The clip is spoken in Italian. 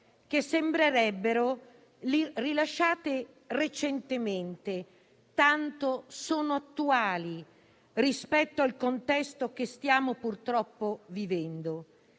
che sembrerebbero rilasciate recentemente, tanto sono attuali rispetto al contesto che stiamo purtroppo vivendo